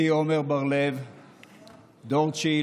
אני, בנימין גנץ,